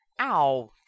Ow